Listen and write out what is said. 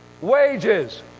wages